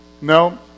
No